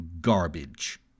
garbage